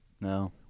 No